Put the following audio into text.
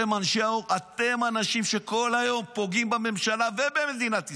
אתם אנשים שכל היום פוגעים בממשלה ובמדינת ישראל,